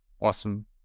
awesome